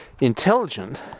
intelligent